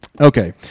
Okay